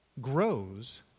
grows